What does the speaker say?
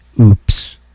Oops